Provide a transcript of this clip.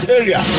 area